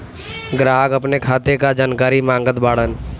ग्राहक अपने खाते का जानकारी मागत बाणन?